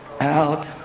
out